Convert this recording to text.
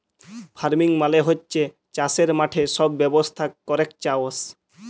farming মালে হচ্যে চাসের মাঠে সব ব্যবস্থা ক্যরেক চাস